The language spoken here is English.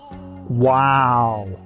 Wow